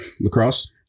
Lacrosse